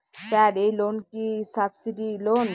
Sir এই loan কি subsidy loan?